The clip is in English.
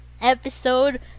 Episode